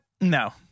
no